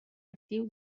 actiu